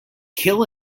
kill